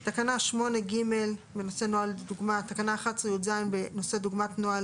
8(ג) (נוהל לדוגמה) 11(יז) (דוגמת נוהל,